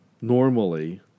normally